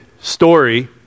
story